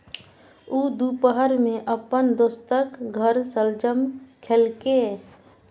ऊ दुपहर मे अपन दोस्तक घर शलजम खेलकै